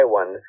one